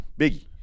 Biggie